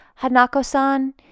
Hanako-san